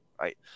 right